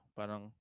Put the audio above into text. Parang